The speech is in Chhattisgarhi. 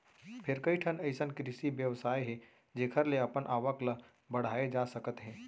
फेर कइठन अइसन कृषि बेवसाय हे जेखर ले अपन आवक ल बड़हाए जा सकत हे